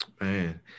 Man